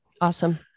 awesome